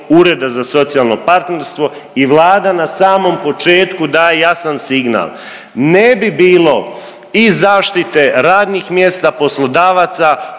Ureda za socijalno partnerstvo i Vlada na samom početku daje jasan signal. Ne bi bilo i zaštite radnih mjesta poslodavaca